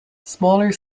smaller